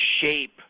shape